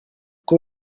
com